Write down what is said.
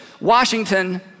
Washington